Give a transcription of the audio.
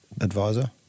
Advisor